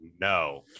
No